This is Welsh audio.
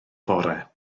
fore